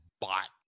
bot